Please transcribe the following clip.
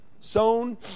sown